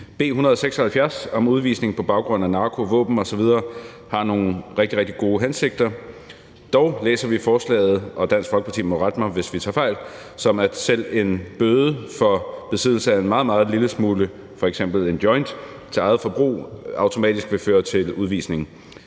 B 176 om udvisning på baggrund af narko, våben osv. har nogle rigtig, rigtig gode hensigter. Dog læser vi forslaget – og Dansk Folkeparti må rette mig, hvis vi tager fejl – som at selv en bøde for besiddelse af en meget, meget lille smule stof, f.eks. en joint til eget forbrug, automatisk vil føre til udvisning.